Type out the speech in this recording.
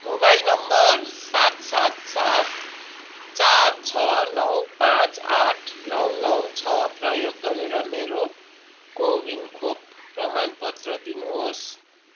mobile number सात सात सात चार छ नौ पाँच आठ नौ नौ छ प्रयोग गरेर मेरो को विन खोप प्रमाणपत्र दिनुहोस्